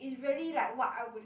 it's really like what I would